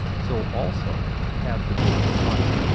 so also have the doors of life.